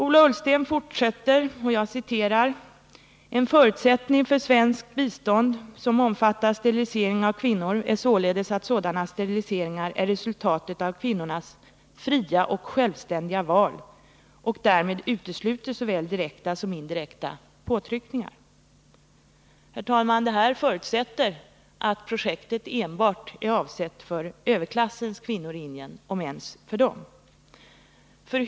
Ola Ullsten fortsätter: ”En förutsättning för svenskt bistånd till familjeplaneringsprogram, som innefattar sterilisering av kvinnor, är således att sådana steriliseringar är resultatet av kvinnors självständiga och fria val och därmed utesluter såväl direkta som indirekta påtryckningar.” Herr talman! Detta förutsätter att projektet enbart är avsett för överklassens kvinnor i Indien, om ens för dem.